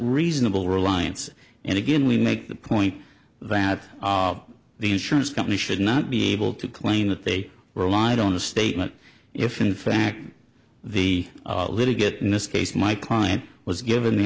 reasonable reliance and again we make the point that of the insurance company should not be able to claim that they were lied on the statement if in fact the little get in this case my client was given the